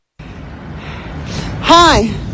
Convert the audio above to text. hi